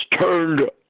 turned